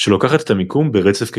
שלוקחת את המיקום ברצף כקלט.